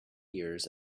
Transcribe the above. years